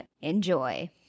Enjoy